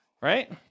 right